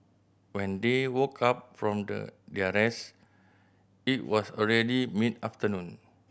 when they woke up from the their rest it was already mid afternoon